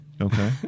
Okay